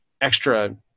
extra